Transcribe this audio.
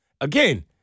again